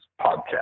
podcast